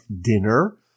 dinner